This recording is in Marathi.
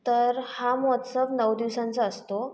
तर हा महोत्सव नऊ दिवसांचा असतो